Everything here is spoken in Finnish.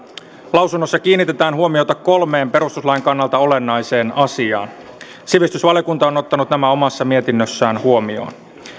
lausunnossa kiinnitetään huomiota kolmeen perustuslain kannalta olennaiseen asiaan sivistysvaliokunta on on ottanut nämä omassa mietinnössään huomioon